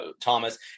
Thomas